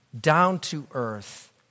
down-to-earth